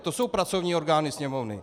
To jsou pracovní orgány Sněmovny!